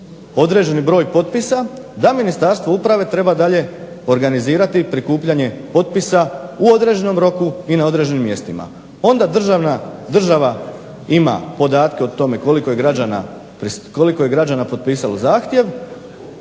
određeni broj potpisa da Ministarstvo uprave treba dalje organizirati prikupljanje potpisa u određenom roku i na određenim mjestima. Onda država ima podatke o tome koliko je građana potpisali zahtjev,